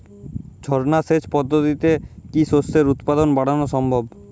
ঝর্না সেচ পদ্ধতিতে কি শস্যের উৎপাদন বাড়ানো সম্ভব?